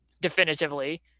definitively